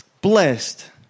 Blessed